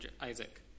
Isaac